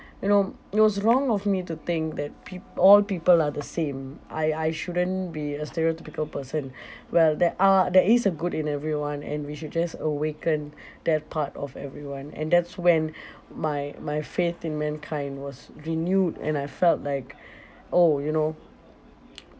you know it was wrong of me to think that peop~ all people are the same I I shouldn't be a stereotypical person well there are there is a good in everyone and we should just awaken that part of everyone and that's when my my faith in mankind was renewed and I felt like oh you know